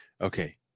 Okay